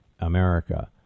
America